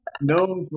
No